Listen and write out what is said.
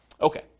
Okay